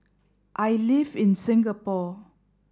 I live in Singapore